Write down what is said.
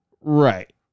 Right